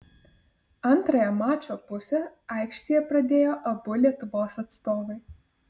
antrąją mačo pusę aikštėje pradėjo abu lietuvos atstovai